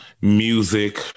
music